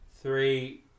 Three